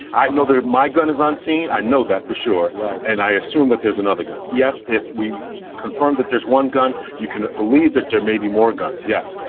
i know where my gun is on scene. i know that for sure. right. and i assume that there's another gun. yes if we confirmed that there's one gun, you can believe that there may be more guns yes,